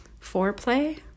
foreplay